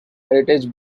heritage